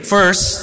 First